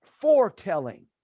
foretelling